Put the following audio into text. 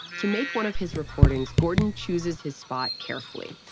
to make one of his recordings, gordon chooses his spot carefully.